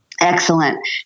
Excellent